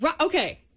Okay